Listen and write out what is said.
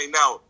now